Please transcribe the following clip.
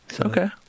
Okay